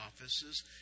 offices